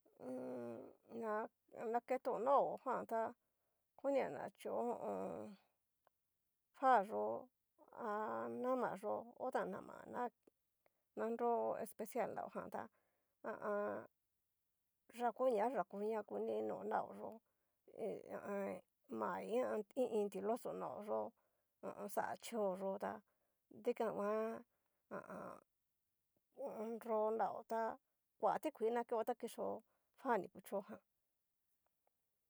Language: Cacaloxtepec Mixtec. Mmm ña naketo nrao jan tá konia na chio ho o on. fa yó, ha namayó ho tan nama n nro especial, nrao jan tá ha a an. yakoña yakoña kuninio nraó yó, nre mai i iin tiloxó nrao yó ho o on, xa chio yó tá dikan nguan, ha a an, ho o on, nro nrao tá kua tikuii na keo tá kixo fa ni kuchó jan.